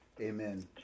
Amen